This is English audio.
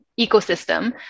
ecosystem